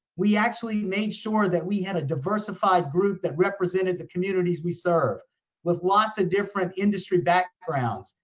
we actually made sure that we had a diversified group that represented the communities we serve with lots of different industry backgrounds.